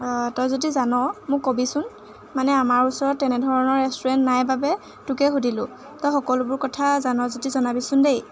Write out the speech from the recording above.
অঁ তই যদি জান মোক ক'বিচোন মানে আমাৰ ওচৰত তেনেধৰণৰ ৰেষ্টুৰেণ্ট নাই বাবে তোকে সুধিলোঁ তই সকলোবোৰ কথা জান যদি জনাবিচোন দেই